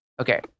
Okay